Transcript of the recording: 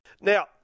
Now